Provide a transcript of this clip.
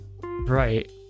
right